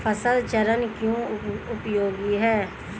फसल चरण क्यों उपयोगी है?